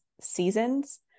seasons